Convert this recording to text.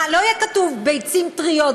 לא יהיה כתוב "ביצים טריות",